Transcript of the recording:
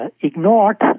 ignored